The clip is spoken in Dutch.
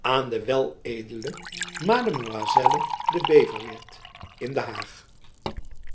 aan de wel edele mademoiselle de beverweert in de haagh